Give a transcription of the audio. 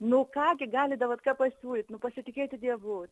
nu ką gi gali davatka pasiūlyt nu pasitikėti dievu